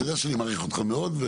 אתה יודע שאני מעריך אותך מאוד.